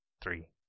Three